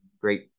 great